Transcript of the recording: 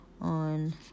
on